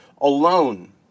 alone